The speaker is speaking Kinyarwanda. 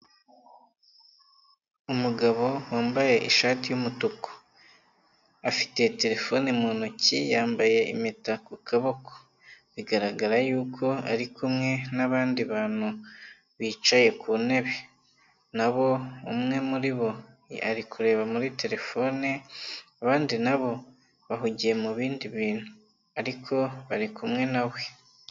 Umugabo wambaye ishati y'umutuku, afite terefone mu ntoki, yambaye impeta ku kaboko bigaragara yuko ari kumwe n'abandi bantu bicaye ku ntebe, nabo umwe muri bo ari kureba muri telefone, abandi nabo bahugiye mu bindi bintu ariko bari kumwe na we.